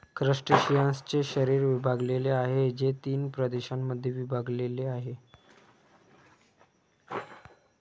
क्रस्टेशियन्सचे शरीर विभागलेले आहे, जे तीन प्रदेशांमध्ये विभागलेले आहे